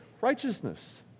righteousness